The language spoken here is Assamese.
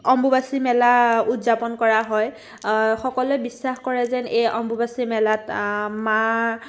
অম্বুবচী মেলা উদযাপন কৰা হয় সকলোৱে বিশ্বাস কৰে যেন এই অম্বুবাচী মেলাত মা